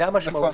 זו המשמעות.